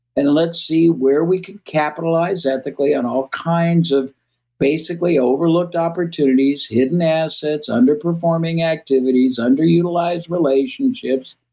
and let's see where we could capitalize ethically on all kinds of basically overlooked opportunities, hidden assets, underperforming activities, underutilized relationships.